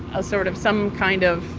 a sort of some kind of